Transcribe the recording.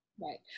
right